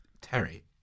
Terry